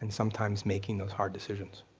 and sometimes making those hard decisions.